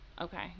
Okay